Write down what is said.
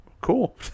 Cool